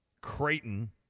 Creighton